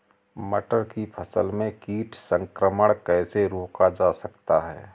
मटर की फसल में कीट संक्रमण कैसे रोका जा सकता है?